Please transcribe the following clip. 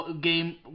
game